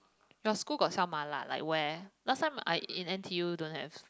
your school got sell Mala like where last time I in N_T_U don't have